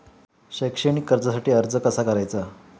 शैक्षणिक कर्जासाठी अर्ज कसा करायचा?